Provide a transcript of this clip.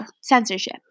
censorship